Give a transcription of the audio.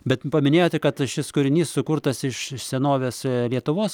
bet paminėjote kad šis kūrinys sukurtas iš senovės lietuvos